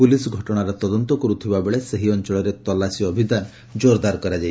police ଘଟଶାର ତଦନ୍ତ କରୁଥିବାବେଳେ ସେହି ଅଞ୍ଞଳରେ ତଲାସୀ ଅଭିଯାନ ଜୋର୍ଦାର କରାଯାଇଛି